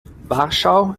warschau